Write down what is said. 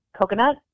coconut